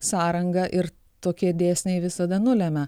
sąranga ir tokie dėsniai visada nulemia